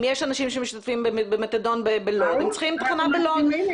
אם יש אנשים שמשתמשים במתדון בלוד הם צריכים תחנה בלוד.